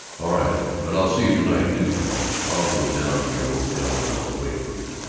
all right, but i'll see you to-night, too, paul. i'll go down to your hotel, and i'll wait for you!